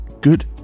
good